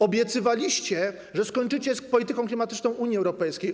Obiecywaliście, że skończycie z polityką klimatyczną Unii Europejskiej.